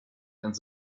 and